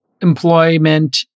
employment